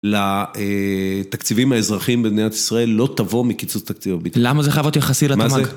לתקציבים האזרחיים במדינת ישראל לא תבוא מקיצוץ תקציב הבטחון. למה זה חייב להיות יחסי לתמ"ג?